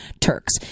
Turks